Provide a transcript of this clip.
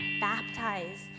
baptized